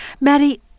Maddie